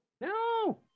no